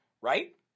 right